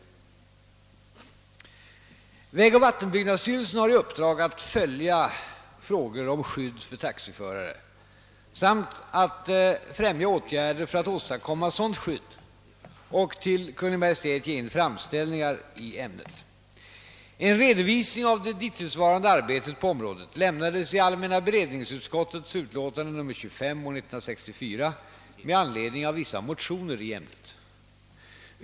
Vägoch vattenbyggnadsstyrelsen har i uppdrag att följa frågor om skydd för taxiförare samt främja åtgärder för att åstadkomma sådant skydd och till Kungl. Maj:t ge in framställningar i ämnet. En redovisning av det dittillsvarande arbetet på området lämnades i allmänna beredningsutskottets utlåtande nr 25 år 1964 med anledning av vissa motioner i ämnet.